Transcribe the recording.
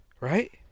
Right